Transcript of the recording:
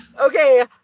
Okay